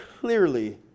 clearly